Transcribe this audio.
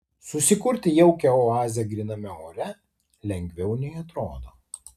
susikurti jaukią oazę gryname ore lengviau nei atrodo